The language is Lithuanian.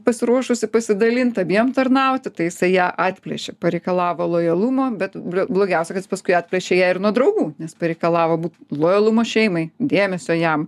pasiruošusi pasidalint abiem tarnauti tai jisai ją atplėšė pareikalavo lojalumo bet blogiausia kad jis paskui atplėšė ją ir nuo draugų nes pareikalavo būt lojalumo šeimai dėmesio jam